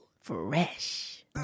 Fresh